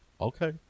okay